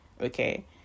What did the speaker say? okay